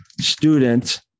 student